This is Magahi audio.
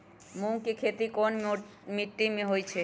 मूँग के खेती कौन मीटी मे होईछ?